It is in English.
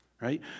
right